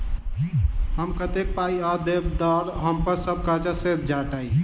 हम कतेक पाई आ दऽ देब तऽ हम्मर सब कर्जा सैध जाइत?